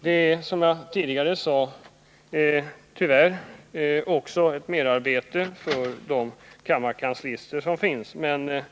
Det är som jag tidigare sade tyvärr också ett merarbete för kammarkanslisterna, men